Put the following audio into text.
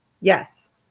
Yes